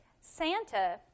Santa